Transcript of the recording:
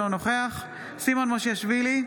אינו נוכח סימון מושיאשוילי,